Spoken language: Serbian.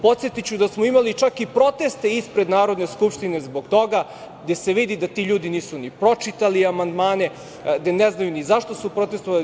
Podsetiću da smo imali čak i proteste ispred Narodne skupštine zbog toga, a gde se vidi da ti ljudi nisu ni pročitali amandmane, da ne znaju ni zašto su protestvovali.